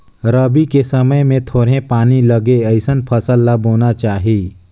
रबी के समय मे थोरहें पानी लगे अइसन फसल ल बोना चाही